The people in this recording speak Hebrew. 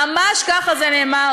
ממש ככה זה נאמר,